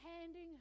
handing